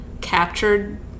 captured